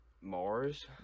Mars